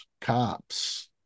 cops